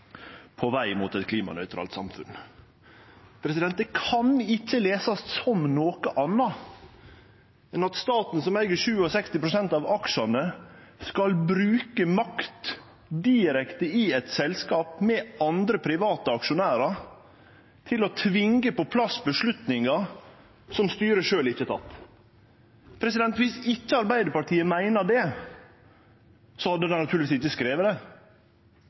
på veien mot et klimanøytralt samfunn.» Det kan ikkje lesast som noko anna enn at staten, som eig 67 pst. av aksjane, skal bruke makt direkte i eit selskap som har andre, private, aksjonærar, til å tvinge på plass avgjerder som styret sjølv ikkje har teke. Viss ikkje Arbeidarpartiet meiner det, hadde dei naturlegvis ikkje skrive det.